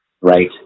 Right